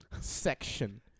section